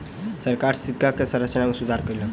सरकार सिक्का के संरचना में सुधार कयलक